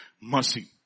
mercy